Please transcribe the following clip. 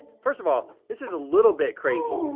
first of all, this is a little bit crazy.